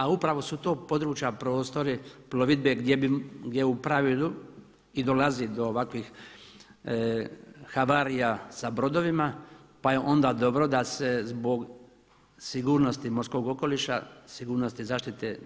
A upravo su to područja prostori plovidbe gdje u pravilu i dolazi do ovakvih havarija sa brodovima, pa je onda dobro da se zbog sigurnosti morskog okoliša, sigurnosti zaštite